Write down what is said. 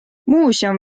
muuseum